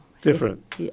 different